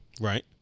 Right